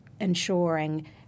ensuring